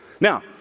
Now